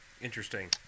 Interesting